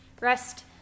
rest